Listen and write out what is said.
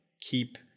keep